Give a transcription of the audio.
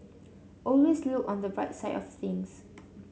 always look on the bright side of things